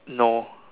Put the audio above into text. no